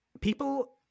people